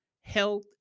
health